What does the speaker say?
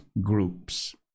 groups